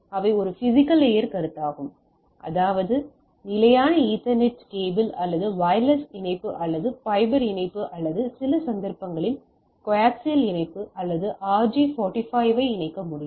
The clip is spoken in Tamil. அவை ஒரு பிஸிக்கல் லேயர் கருத்தாகும் அதாவது நிலையான ஈத்தர்நெட் கேபிள்கள் அல்லது வயர்லெஸ் இணைப்பு அல்லது ஃபைபர் இணைப்பு அல்லது சில சந்தர்ப்பங்களில் கோக்ஸ் இணைப்பு போன்ற RJ45 ஐ இணைக்க முடியும்